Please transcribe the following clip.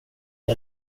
det